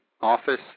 office